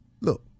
look